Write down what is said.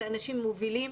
לאנשים מובילים,